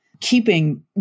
keeping